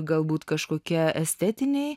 galbūt kažkokie estetiniai